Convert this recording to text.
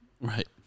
Right